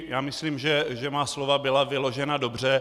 Já myslím, že má slova byla vyložena dobře.